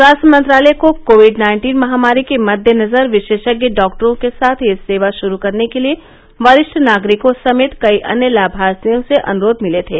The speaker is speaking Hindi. स्वास्थ्य मंत्रालय को कोविड नाइन्टीन महामारी के मदेनजर विशेषज्ञ डॉक्टरों के साथ यह सेवा शुरू करने के लिए वरिष्ठ नागरिकॉ समेत कई अन्य लामार्थियों से अनुरोध मिले थे